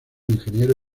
ingeniero